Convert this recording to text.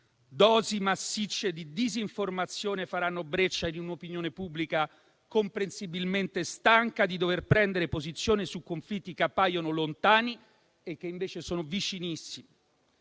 dosi massicce di disinformazione faranno breccia in un'opinione pubblica comprensibilmente stanca di dover prendere posizione su conflitti che appaiono lontani e che invece sono vicinissimi.